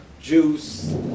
juice